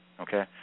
Okay